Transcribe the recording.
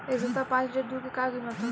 एह सप्ताह पाँच लीटर दुध के का किमत ह?